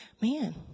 man